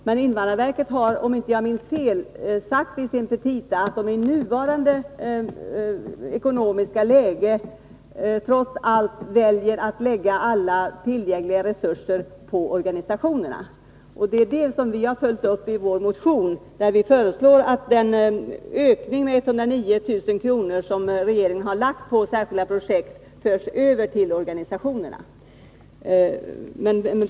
Men invandrarverket har, om jag inte minns fel, i sina petita sagt att man i det nuvarande ekonomiska läget trots allt väljer att lägga alla tillgängliga resurser på organisationerna. Det är detta som vi följt upp i vår motion, där vi föreslår att den ökning på 109 000 kr. som regeringen har lagt på särskilda projekt förs över på organisationerna.